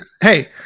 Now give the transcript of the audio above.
hey